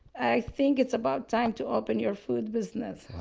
i think it's about time to open your food business.